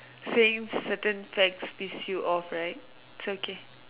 same certain facts piss you off right it's okay